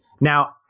Now